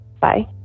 Bye